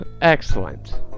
Excellent